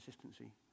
consistency